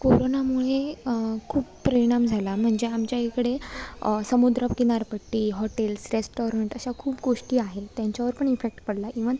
कोरोनामुळे खूप परिणाम झाला म्हणजे आमच्या इकडे समुद्रकिनारपट्टी हॉटेल्स रेस्टॉरंट अशा खूप गोष्टी आहे त्यांच्यावर पण इफेक्ट पडला इव्हन